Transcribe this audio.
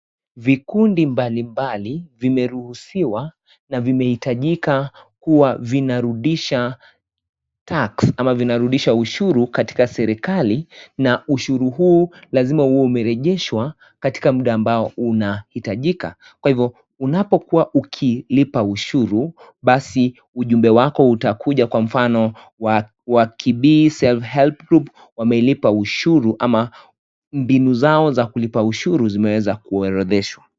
Vikundi mbali mbali vimeruhusiwa na vimeitajika kuwa vinarudisha tax , ama vinarudisha ushuru katika serikali na ushuru huu, lazima uwe umerejeshwa katika mda ambao unahitajika. Kwa hivo, unapo kuwa uki lipa ushuru, basi ujumbe wako utakuja kwa mfano, Wakibi, self-help group, wamelipa ushuru, ama mbinu zao za kulipa ushuru zimeza kuorodheshwa.